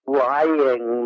lying